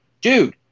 dude